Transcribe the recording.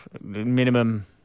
Minimum